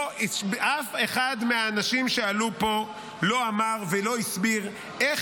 אף אחד מהאנשים שעלו פה לא אמר ולא הסביר איך